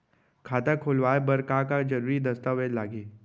खाता खोलवाय बर का का जरूरी दस्तावेज लागही?